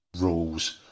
rules